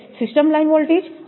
system line voltage અને 3